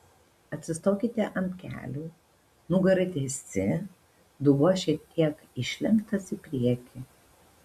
atsistokite ant kelių nugara tiesi dubuo šiek tiek išlenktas į priekį